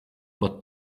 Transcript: but